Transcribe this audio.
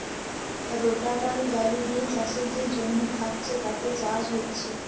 রোটাটার গাড়ি দিয়ে চাষের যে জমি থাকছে তাতে চাষ হচ্ছে